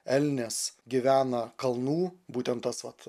elnias gyvena kalnų būtent tos vat